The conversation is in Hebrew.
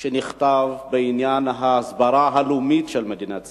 בעניין ההסברה הלאומית של מדינת ישראל.